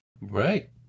right